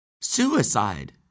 Suicide